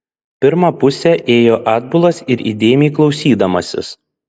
pirmą pusę ėjo atbulas ir įdėmiai klausydamasis